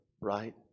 right